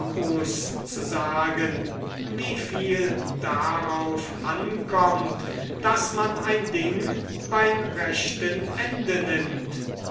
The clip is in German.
zu sagen wie viel drauf ankommt daß man ein ding beim rechten ende nimmt